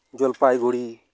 Jalpaiguri